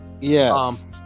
Yes